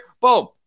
boom